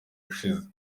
ushize